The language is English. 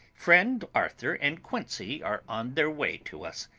friend arthur and quincey are on their way to us.